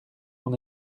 mon